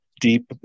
deep